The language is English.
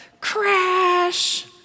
crash